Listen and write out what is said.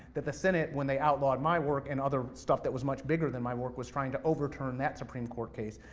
that the senate, when they outlawed my work, and other stuff that was much bigger than my work, was trying to overturn that supreme court case.